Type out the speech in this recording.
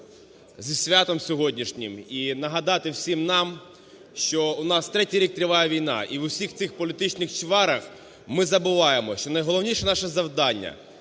із святом сьогоднішнім і нагадати всім нам, що в нас третій рік триває війна, і в усіх цих політичних чварах ми забуваємо, що найголовніше наше завдання